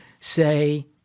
say